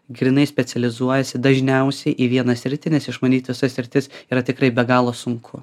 grynai specializuojasi dažniausiai į vieną sritį nes išmanyt visas sritis yra tikrai be galo sunku